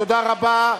תודה רבה.